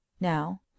now